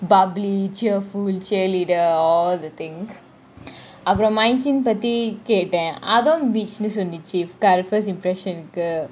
bubbly cheerful cheerleader all the things அப்புறம் மைனஸின் பத்தி கேட்டான் அவன் :apram mainsin pathi keatan avan bitch னு சொல்லிச்சி :nu solichi first impression கு :ku